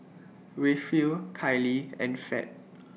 Rayfield Kylee and Fed